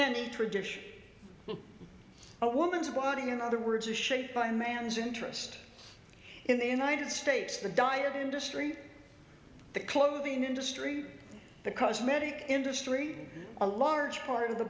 any tradition a woman's body in other words is shaped by man's interest in the united states the diet industry the clothing industry the cosmetic industry a large part of the